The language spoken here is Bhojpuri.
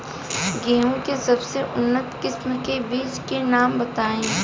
गेहूं के सबसे उन्नत किस्म के बिज के नाम बताई?